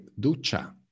ducha